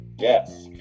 Yes